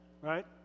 right